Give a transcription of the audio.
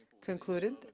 concluded